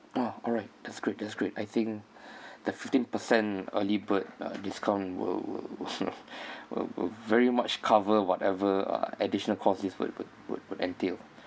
!wah! alright that's great that's great I think the fifteen percent early bird uh discount will will will will very much cover whatever uh additional costs would would would would entail